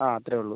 ആ അത്രേ ഉള്ളൂ